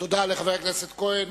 תודה לחבר הכנסת כהן.